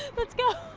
let's go.